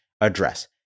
address